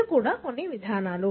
ఇది కూడా కొన్ని విధానాలు